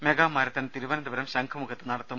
mega marathon Thiruvananthapuram ശംഖുമുഖത്ത് നടത്തും